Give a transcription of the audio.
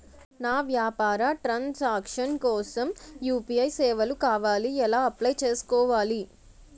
నా వ్యాపార transaction కోసం యు.పి.ఐ సేవలు కావాలి ఎలా అప్లయ్ చేసుకోవాలి?